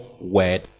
word